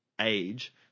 age